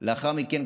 לאחר מכן,